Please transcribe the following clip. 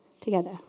together